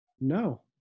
No